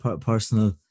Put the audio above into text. personal